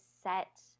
set